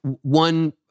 one